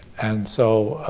and so